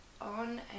on